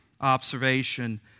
observation